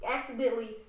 Accidentally